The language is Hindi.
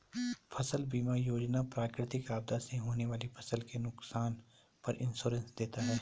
फसल बीमा योजना प्राकृतिक आपदा से होने वाली फसल के नुकसान पर इंश्योरेंस देता है